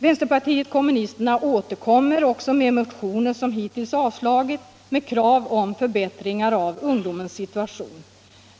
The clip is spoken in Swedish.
Vänsterpartiet kommunisterna återkommer med motioner, som hittills avslagits, och kräver förbättringar av ungdomens situation.